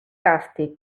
càstig